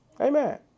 Amen